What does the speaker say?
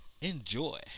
enjoy